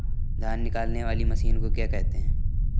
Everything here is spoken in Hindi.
धान निकालने वाली मशीन को क्या कहते हैं?